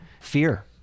fear